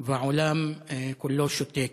והעולם כולו שותק.